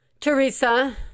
Teresa